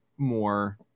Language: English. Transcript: More